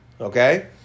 okay